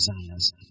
desires